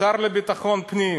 השר לביטחון הפנים.